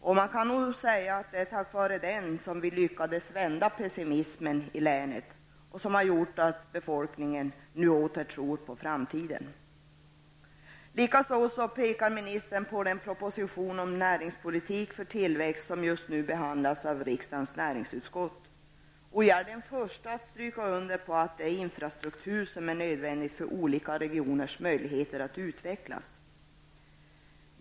Det var nog bl.a. tack vare den som vi lyckades vända pessimismen i länet och som gjorde att befolkningen nu åter tror på framtiden. Dessutom pekar ministern på den proposition om näringspolitik för tillväxt som just nu behandlas av riksdagens näringsutskott. Jag är den första att stryka under att det är infrastruktur som är nödvändig för olika regioners möjligheter att utvecklas.